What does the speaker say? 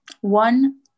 one